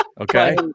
Okay